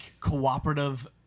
cooperative